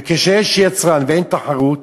וכשיש יצרן ואין תחרות